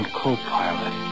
co-pilot